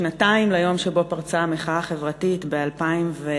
שנתיים ליום שבו פרצה המחאה החברתית ב-2011,